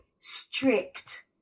strict